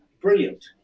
Brilliant